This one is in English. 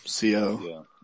CO